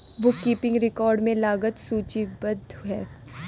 book keeping record में लागत सूचीबद्ध है